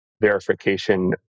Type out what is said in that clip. verification